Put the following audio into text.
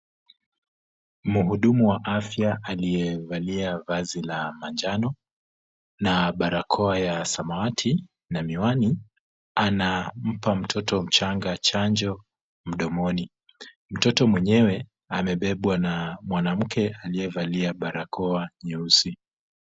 Mhudumu wa afya aliyevalia vazi la manjano na barakoa ya samawati na miwani anampa mtoto mchanga chanjo mdomoni. Mtoto mwenyewe amebebwa na mwanamke aliyevalia barakoa nyeusi.